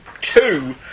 two